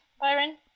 Byron